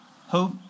Hope